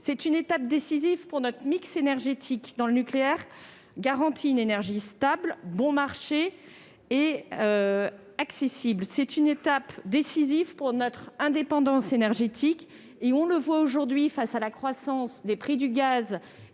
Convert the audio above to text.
C'est une étape décisive pour notre mix énergétique, dans lequel le nucléaire garantit une énergie stable, bon marché et accessible. C'est une étape décisive pour notre indépendance énergétique. On voit bien aujourd'hui, alors que les prix du gaz